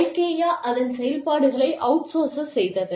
Ikea Ikea அதன் செயல்பாடுகளை outsource செய்தது